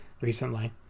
recently